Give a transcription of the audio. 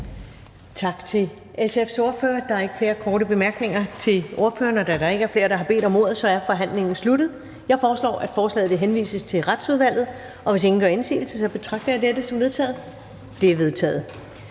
Tak til SF's ordfører. Der er ikke flere korte bemærkninger til ordføreren. Da der ikke er flere, der har bedt om ordet, er forhandlingen sluttet. Jeg foreslår, at forslaget henvises til Retsudvalget. Hvis ingen gør indsigelse, betragter jeg dette som vedtaget. Det er vedtaget.